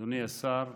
אדוני השר,